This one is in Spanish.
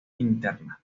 interna